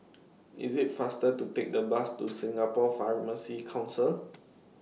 IT IS faster to Take The Bus to Singapore Pharmacy Council